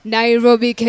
Nairobi